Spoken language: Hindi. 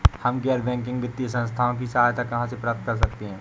हम गैर बैंकिंग वित्तीय संस्थानों की सहायता कहाँ से प्राप्त कर सकते हैं?